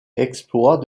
exploit